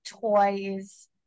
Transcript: toys